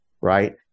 right